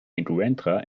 encuentra